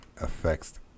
affects